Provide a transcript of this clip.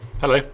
Hello